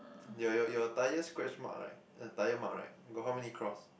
your your your tyre scratch mark right the tyre mark right got how many cross